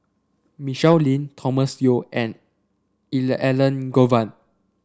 Michelle Lim Thomas Yeo and Elangovan